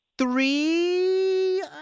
Three